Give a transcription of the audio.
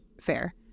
fair